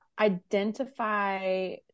identify